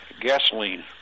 gasoline